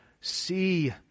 see